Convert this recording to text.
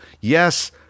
Yes